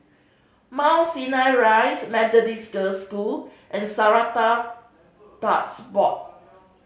Mount Sinai Rise Methodist Girls' School and Strata Board